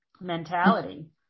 mentality